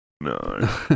No